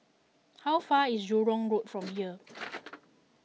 how far away is Jurong Road from here